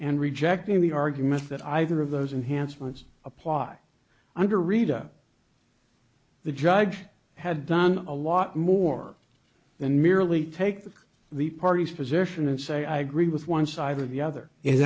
and rejecting the argument that either of those enhanced ones apply under rita the judge had done a lot more than merely take the party's position and say i agree with one side or the other is